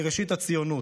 מראשית הציונות,